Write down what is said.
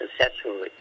successfully